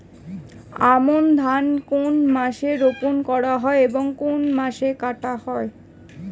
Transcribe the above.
আমন ধান কোন মাসে রোপণ করা হয় এবং কোন মাসে কাটা হয়?